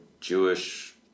Jewish